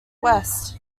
west